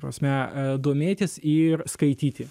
prasme domėtis ir skaityti